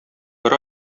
бер